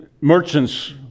Merchants